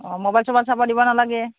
অঁ মবাইল চবাইল চাব দিব নালাগে